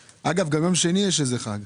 אגב, גם ביום שני יש איזה חג.